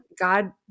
God